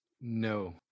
No